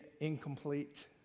incomplete